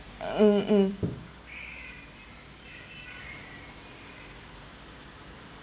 mm mm